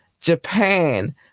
Japan